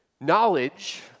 Knowledge